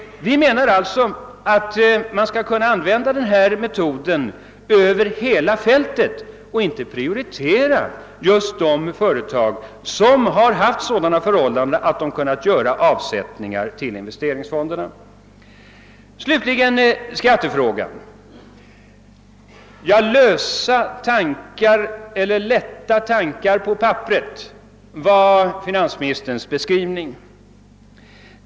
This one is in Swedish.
Vi menar alltså att man skall kunna använda denna me tod över hela fältet och inte prioritera just de företag som haft sådana förhållanden att de kunnat göra avsättningar till sina investeringsfonder. Slutligen vill jag ta upp skattefrågan. Finansministern karakteriserade vårt förslag till nytt skattesystem som »lätta tankar på papperet».